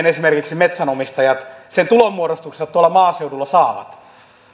esimerkiksi metsänomistajat sen tulonmuodostuksensa tuolla maaseudulla saavat